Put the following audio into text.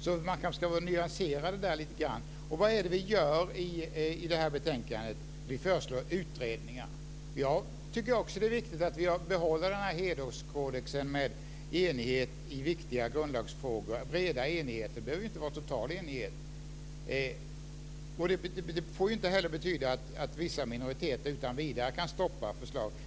så man kanske ska nyansera det här lite grann. Vad är det vi gör i det här betänkandet? Vi föreslår utredningar. Jag tycker också att det är viktigt att vi behåller hederskodexen att ha enighet i viktiga grundlagsfrågor. Breda enigheter behöver ju inte betyda total enighet. Det får inte heller betyda att vissa minoriteter utan vidare kan stoppa förslag.